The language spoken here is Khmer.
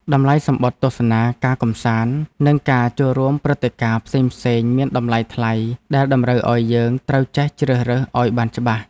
តម្លៃសំបុត្រទស្សនាការកម្សាន្ត និងការចូលរួមព្រឹត្តិការណ៍ផ្សេងៗ មានតម្លៃថ្លៃដែលតម្រូវឱ្យយើងត្រូវចេះជ្រើសរើសឱ្យបានច្បាស់។